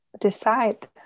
decide